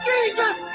Jesus